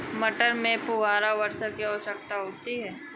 मटर में फुहारा वर्षा की आवश्यकता क्यो है?